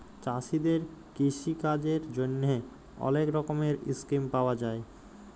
চাষীদের কিষিকাজের জ্যনহে অলেক রকমের ইসকিম পাউয়া যায়